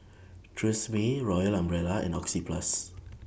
Tresemme Royal Umbrella and Oxyplus